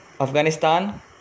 Afghanistan